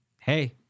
hey